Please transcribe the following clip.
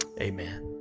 amen